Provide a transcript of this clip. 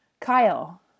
kyle